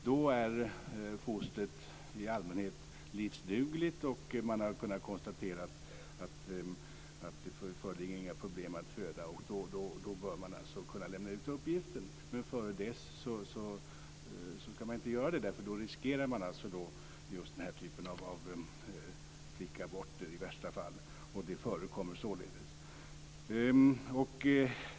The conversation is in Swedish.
Då är fostret i allmänhet livsdugligt, och man har kunnat konstatera att det inte förefaller inte vara några problem att föda. Då bör man kunna lämna ut uppgiften. Men före det skall man inte göra det, för då riskerar man i värsta fall flickaborter. Det förekommer således.